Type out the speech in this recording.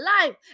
life